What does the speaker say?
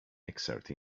exert